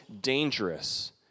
dangerous